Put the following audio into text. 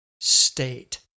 state